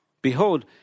Behold